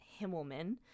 Himmelman